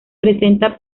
presenta